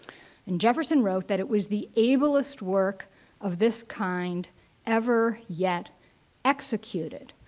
and jefferson wrote that, it was the ablest work of this kind ever yet executed.